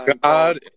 God